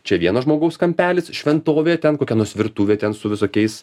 čia vieno žmogaus kampelis šventovė ten kokia nors virtuvė ten su visokiais